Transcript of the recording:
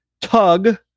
tug